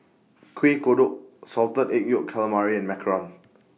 Kueh Kodok Salted Egg Yolk Calamari and Macarons